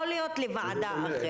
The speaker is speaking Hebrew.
יכול להיות שזה הועבר לוועדה אחרת.